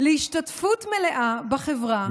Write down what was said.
להשתתפות מלאה בחברה,